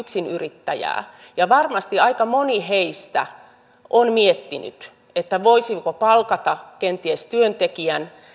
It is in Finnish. yksinyrittäjää ja varmasti aika moni heistä on miettinyt voisiko kenties palkata työntekijän